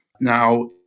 Now